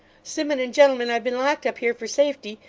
simmun and gentlemen, i've been locked up here for safety,